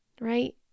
right